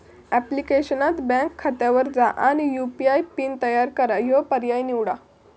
ऍप्लिकेशनात बँक खात्यावर जा आणि यू.पी.आय पिन तयार करा ह्यो पर्याय निवडा